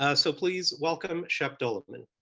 ah so please welcome shep doeleman.